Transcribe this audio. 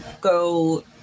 go